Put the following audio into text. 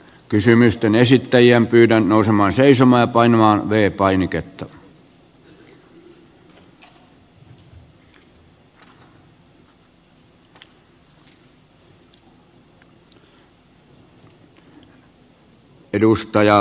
kysymysten esittäjiä pyydän nousemaan seisomaan ja painamaan v painiketta